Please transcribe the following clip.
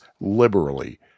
liberally